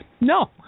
No